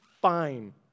Fine